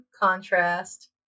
contrast